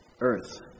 Earth